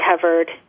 covered